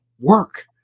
work